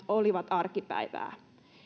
olivat arkipäivää